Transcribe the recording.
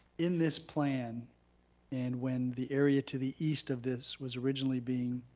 in this plan and when the area to the east of this was originally being